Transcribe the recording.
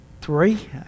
three